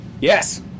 Yes